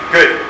Good